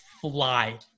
fly